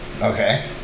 Okay